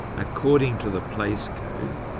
according to the place code,